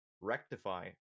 Rectify